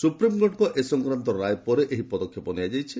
ସୁପ୍ରିମ୍କୋର୍ଟଙ୍କ ଏ ସଂକ୍ରାନ୍ତ ରାୟ ପରେ ଏହି ପଦକ୍ଷେପ ନିଆଯାଇଛି